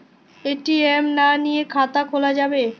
ATM না নিয়ে খাতা খোলা যাবে?